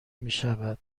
میشود